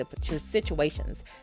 situations